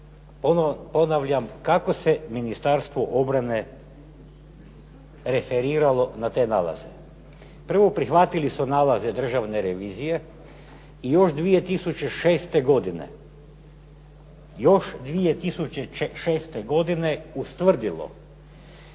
ponavljam kako se Ministarstvo obrane referiralo na te nalaze. Prvo, prihvatili su nalaze Državne revizije i još 2006. godine,